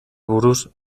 buruz